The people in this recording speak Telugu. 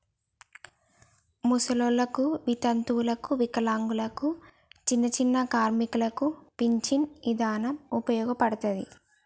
ముసలోల్లకి, వితంతువులకు, వికలాంగులకు, చిన్నచిన్న కార్మికులకు పించను ఇదానం ఉపయోగపడతది